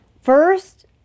first